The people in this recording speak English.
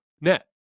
net